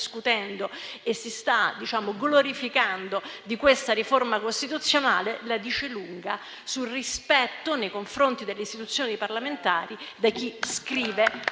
e si sta gloriando di questa riforma costituzionale, la dice lunga sul rispetto nei confronti delle istituzioni parlamentari da parte